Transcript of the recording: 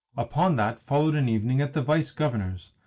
upon that followed an evening at the vice-governor's,